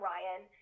Ryan